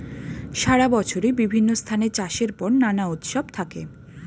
সারা বছরই বিভিন্ন স্থানে চাষের পর নানা উৎসব থাকে